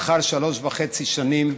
לאחר שלוש וחצי שנים